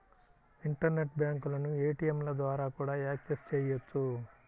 internet బ్యాంకులను ఏటీయంల ద్వారా కూడా యాక్సెస్ చెయ్యొచ్చు